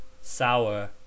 sour